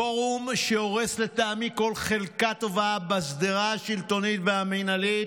פורום שהורס לטעמי כל חלקה טובה בשדרה השלטונית והמינהלית